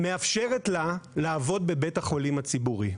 מאפשרת לה לעבוד בבית החולים הציבורי,